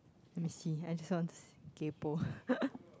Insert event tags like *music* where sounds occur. let me see I just want to see kaypoh *laughs*